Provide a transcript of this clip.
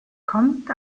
kommt